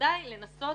ובוודאי לנסות